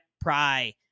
Pry